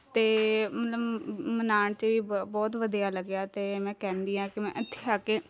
ਅਤੇ ਮਤਲਬ ਮਨਾਉਣ 'ਚ ਵੀ ਬ ਬਹੁਤ ਵਧੀਆ ਲੱਗਿਆ ਅਤੇ ਮੈਂ ਕਹਿੰਦੀ ਹਾਂ ਕਿ ਮੈਂ ਇੱਥੇ ਆ ਕੇ